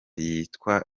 yitwa